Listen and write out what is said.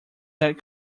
that